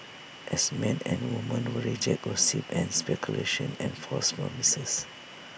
as men and women we reject gossip and speculation and false promises